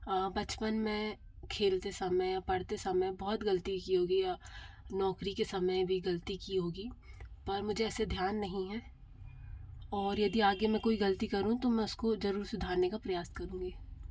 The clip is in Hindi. बचपन में खेलते समय पढ़ते समय बहौत गलती की होगी या नौकरी के समय भी गलती की होगी पर मुझे ऐसे ध्यान नहीं है और यदि आगे मैं कोई गलती करूँ तो मैं उसको ज़रूर सुधारने का प्रयास करूँगी